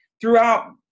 throughout